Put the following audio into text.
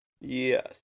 Yes